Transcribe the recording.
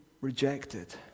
rejected